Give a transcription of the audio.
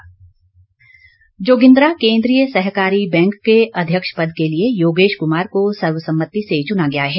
सैजल जोगिन्द्रा केन्द्रीय सहकारी बैंक के अध्यक्ष पद के लिए योगेश कुमार को सर्वसम्मति से चुना गया है